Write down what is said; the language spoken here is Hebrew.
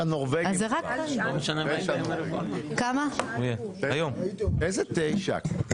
9. איזה 9?